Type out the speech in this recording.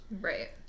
Right